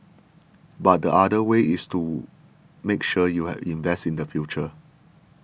but the other way is to make sure you had invest in the future